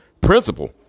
principle